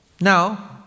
Now